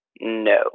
No